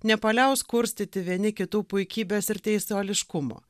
nepaliaus kurstyti vieni kitų puikybės ir teisuoliškumo